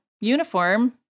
uniform